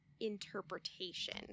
interpretation